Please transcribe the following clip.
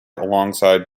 alongside